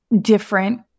different